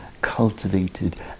cultivated